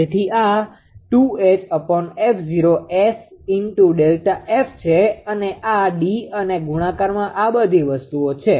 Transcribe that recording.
તેથી આ છે અને આ D અને ગુણાકારમાં આ બધી વસ્તુઓ છે